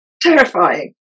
Terrifying